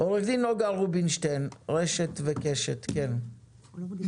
עורכת הדין, רשת וקשת, בבקשה.